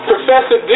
Professor